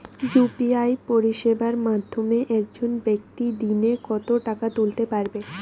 UPI পরিষেবার মাধ্যমে একজন ব্যাক্তি দিনে কত টাকা তুলতে পারবে?